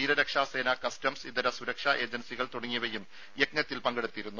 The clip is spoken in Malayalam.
തീരരക്ഷാസേന കസ്റ്റംസ് ഇതര സുരക്ഷ ഏജൻസികൾ തുടങ്ങിയവയും യജ്ഞത്തിൽ പങ്കെടുത്തിരുന്നു